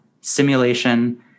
simulation